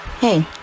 hey